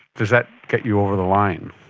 does that get you over the line?